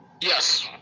Yes